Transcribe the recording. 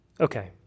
Okay